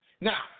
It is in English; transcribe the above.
Now